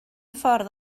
ffordd